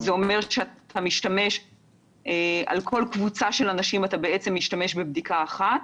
זה אומר שעל כל קבוצה של אנשים אתה משתמש בבדיקה אחת.